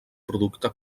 producte